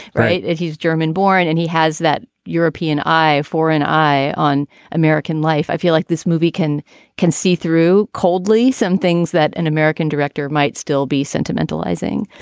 right. he's german born and he has that european eye for an eye on american life. i feel like this movie can can see through coldly some things that an american director might still be sentimental izing.